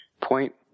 Point